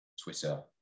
twitter